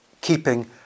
keeping